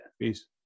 Peace